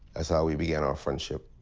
that's how we began our friendship.